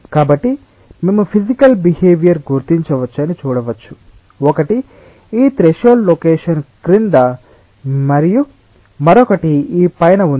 కాబట్టి మేము physical behaviour గుర్తించవచ్చని చూడవచ్చు ఒకటి ఈ త్రెషోల్డ్ లొకేషన్ క్రింద మరియు మరొకటి ఈ పైన ఉంది